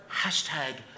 hashtag